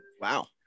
Wow